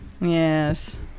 Yes